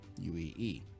UEE